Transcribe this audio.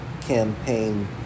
campaign